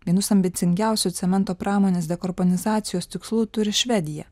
vienus ambicingiausių cemento pramonės dekarbonizacijos tikslų turi švedija